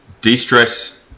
de-stress